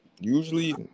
usually